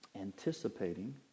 Anticipating